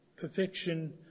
perfection